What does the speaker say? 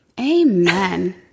Amen